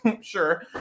sure